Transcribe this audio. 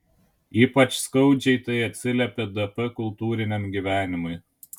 ypač skaudžiai tai atsiliepė dp kultūriniam gyvenimui